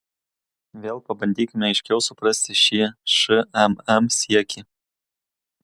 vėl pabandykime aiškiau suprasti šį šmm siekį